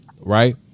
Right